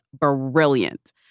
brilliant